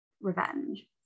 revenge